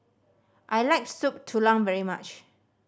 I like Soup Tulang very much